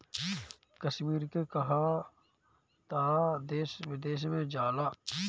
कश्मीर के कहवा तअ देश विदेश में जाला